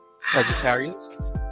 Sagittarius